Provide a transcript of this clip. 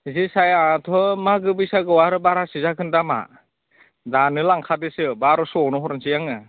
जोसायाथ' मागो बैसागोआव आरो बारासो जागोन दामा दानो लांखादोसो बार'स'आवनो हरनोसै आङो